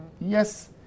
Yes